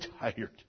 tired